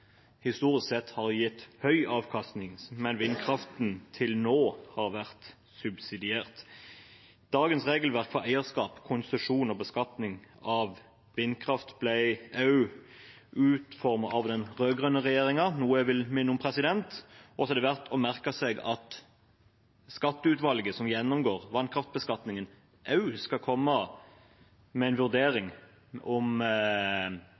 historisk sett har gitt høy avkastning, mens vindkraften til nå har vært subsidiert. Dagens regelverk for eierskap, konsesjon og beskatning av vindkraft ble også utformet av den rød-grønne regjeringen, noe jeg vil minne om. Så er det verdt å merke seg at skatteutvalget som gjennomgår vannkraftbeskatningen, også skal komme med en vurdering om